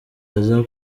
aza